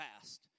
Fast